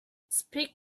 speak